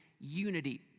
unity